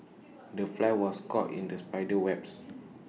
the fly was caught in the spider's webs